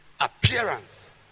appearance